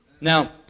Now